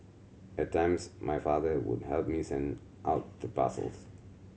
at times my father would help me send out the parcels